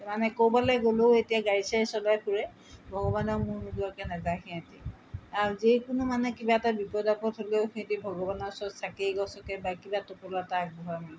মানে ক'ৰবালৈ গ'লেও এতিয়া গাড়ী চাড়ী চলাই ফুৰে ভগৱানক মূৰ নোদোৱাকৈ নাযায় সিহঁতে আৰু যিকোনো মানে কিবা এটা বিপদ আপদ হ'লেও সিহঁতে ভগৱানৰ ওচৰত চাকি এগছকে বা কিবা টোপোলা এটা আগবঢ়ায়